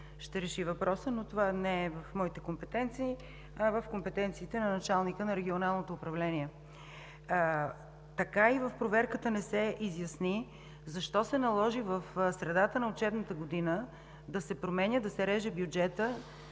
ще реши въпроса, но това не е в моите компетенции, а в компетенциите на началника на Регионалното управление. В проверката така и не се изясни защо се наложи в средата на учебната година да се променя, да се реже бюджетът